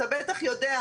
אתה בטח יודע,